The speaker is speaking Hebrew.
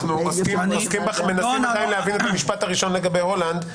אנחנו עדיין מנסים להבין את המשפט הראשון לגבי הולנד.